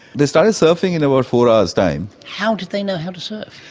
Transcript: they started surfing in about four hours time. how did they know how to surf?